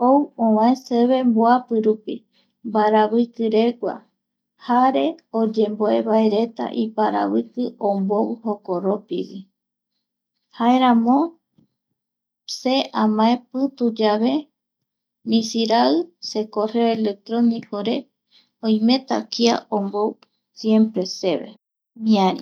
Ou ovae seve mboapirupi mbaravikiregua jare oyemboe vaereta iparaviki ombou jokoropi, jaeramo se mae pituyave misirai se correo electronicore oimeta kia ombou siempre seve miari